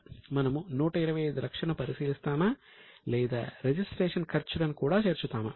మనము 125 లక్షలను పరిశీలిస్తామా లేదా రిజిస్ట్రేషన్ ఖర్చులను కూడా చేర్చుతామా